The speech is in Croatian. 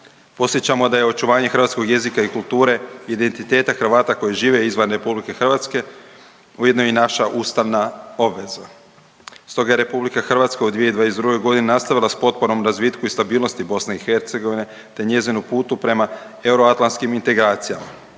Podsjećamo da je očuvanje hrvatskog jezika i kulture, identiteta Hrvata koji žive izvan RH ujedno i naša ustavna obveza. Stoga je RH u 2022. godini nastavila s potporom razvitku i stabilnosti BiH te njezinom putu prema euroatlantskim integracijama.